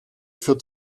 für